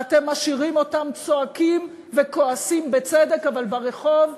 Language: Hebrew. ואתם משאירים אותם צועקים וכועסים בצדק אבל ברחוב,